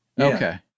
okay